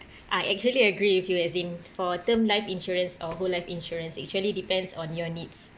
I actually agree with you as in for term life insurance or whole life insurance actually depends on your needs